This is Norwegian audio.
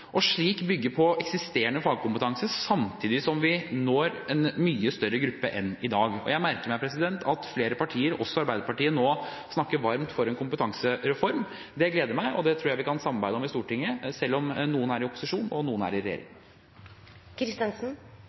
og slik bygge på eksisterende fagkompetanse, samtidig som vi når en mye større gruppe enn i dag. Jeg merker meg at flere partier, også Arbeiderpartiet, nå snakker varmt for en kompetansereform. Det gleder meg, og det tror jeg vi kan samarbeide om i Stortinget, selv om noen er i opposisjon og noen er i